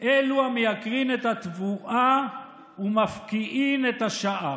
אלו המייקרים את התבואה ומפקיעין את השער.